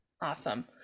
Awesome